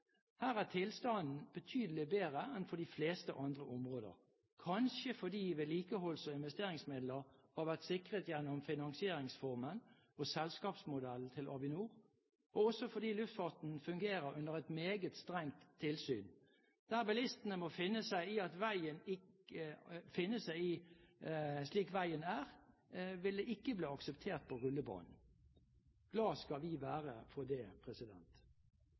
Her er tilstanden betydelig bedre enn på de fleste andre områder – kanskje fordi vedlikeholds- og investeringsmidler har vært sikret gjennom finansieringsformen og selskapsmodellen til Avinor, og også fordi luftfarten fungerer under et meget strengt tilsyn. Det bilistene må finne seg i på veien, blir ikke akseptert på rullebanen. Glade skal vi være for det.